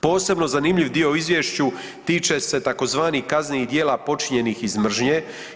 Posebno zanimljiv dio u izvješću tiče se tzv. kaznenih djela počinjenih iz mržnje.